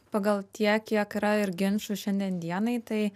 pagal tiek kiek yra ir ginčų šiandien dienai tai